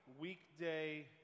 weekday